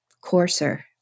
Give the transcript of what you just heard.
coarser